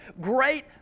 great